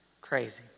Crazy